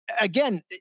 again